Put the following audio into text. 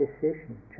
decision